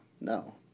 No